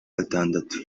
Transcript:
gatandatu